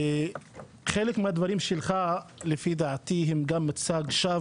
וחלק מהדברים שלך לדעתי הם גם מצג שווא